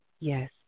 yes